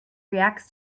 reacts